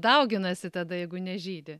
dauginasi tada jeigu nežydi